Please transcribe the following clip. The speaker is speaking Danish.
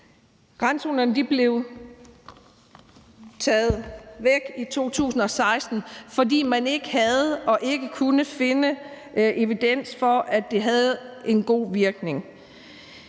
Randzonerne blev taget væk i 2016, fordi man ikke havde og ikke kunne finde evidens for, at det havde en god virkning.